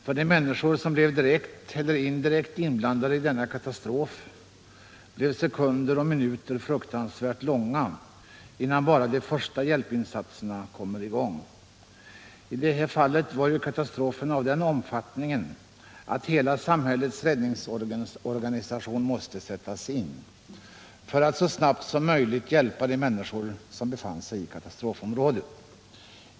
För de människor som blev direkt eller indirekt inblandade i denna katastrof blev sekunder och minuter fruktansvärt långa innan bara de fösta hjälpinsatserna kunde komma i gång. I detta fall var katastrofen av den omfattningen att hela samhällets räddningsorganisation måste sättas in för att så snabbt som möjligt hjälpa de människor som befann sig i katastrofområdet.